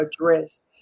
address